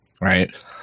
right